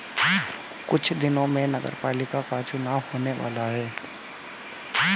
कुछ दिनों में नगरपालिका का चुनाव होने वाला है